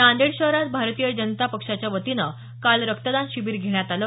नांदेड शहर भारतीय जनता पक्षाच्या वतीनं काल नांदेड इथं रक्तदान शिबीर घेण्यात आलं